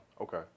Okay